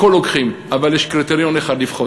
הכול לוקחים, אבל יש קריטריון אחד לבחון: